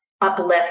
uplift